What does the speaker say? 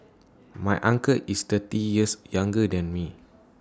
my uncle is thirty years younger than me